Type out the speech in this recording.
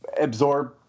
absorb